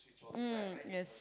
mm yes